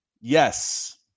Yes